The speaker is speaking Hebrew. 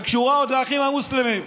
שקשורה עוד לאחים המוסלמים.